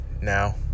now